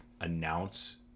announce